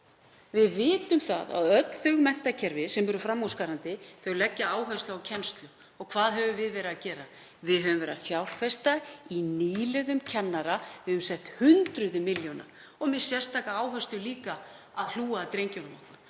Við vitum að öll þau menntakerfi sem eru framúrskarandi leggja áherslu á kennslu. Og hvað höfum við verið að gera? Við höfum verið að fjárfesta í nýliðun kennara, við höfum sett hundruð milljóna í það, með sérstakri áherslu á að hlúa að drengjunum.